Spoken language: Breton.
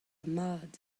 mat